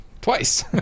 Twice